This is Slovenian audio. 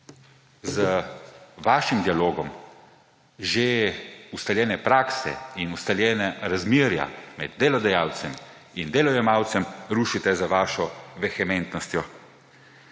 z vašim dialogom že ustaljene prakse in ustaljena razmerja med delodajalcem in delojemalcem rušite z vašo vehementnostjo.